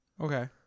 Okay